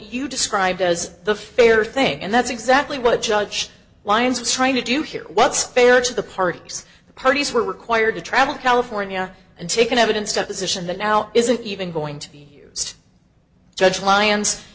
you described as the fair thing and that's exactly what judge lines of trying to do here what's fair to the parties the parties were required to travel to california and take an evidence deposition that now isn't even going to be judge lyons